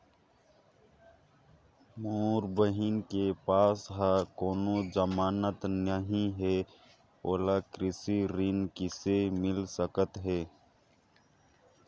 मोर बहिन के पास ह कोनो जमानत नहीं हे, ओला कृषि ऋण किसे मिल सकत हे?